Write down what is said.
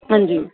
हां जी